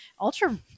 ultra